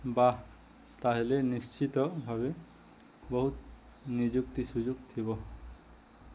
ବାଃ ତା'ହେଲେ ନିଶ୍ଚିତ ଭାବେ ବହୁତ ନିଯୁକ୍ତି ସୁଯୋଗ ଥିବ